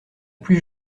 plus